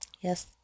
yes